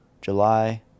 July